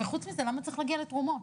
וחוץ מזה למה צריך להגיע לתרומות?